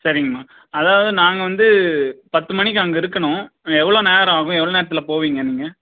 சரிங்கம்மா அதாவது நாங்கள் வந்து பத்து மணிக்கு அங்கே இருக்கணும் எவ்வளோ நேரம் ஆகும் எவ்வளோ நேரத்தில் போவீங்க நீங்கள்